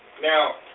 now